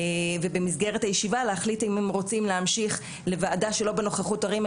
ובמסגרת הישיבה להחליט אם הם רוצים להמשיך לוועדה שלא בנוכחות הורים.